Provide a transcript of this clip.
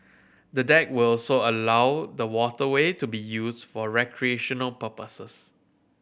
the deck will also allow the waterway to be used for recreational purposes